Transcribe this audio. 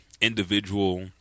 individual